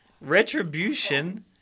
retribution